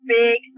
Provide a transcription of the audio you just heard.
big